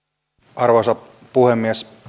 arvoisa puhemies